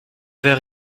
heures